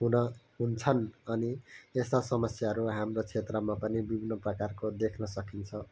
हुन हुन्छन् अनि यस्ता समस्याहरू हाम्रो क्षेत्रमा पनि विभिन्न प्रकारको देख्न सकिन्छ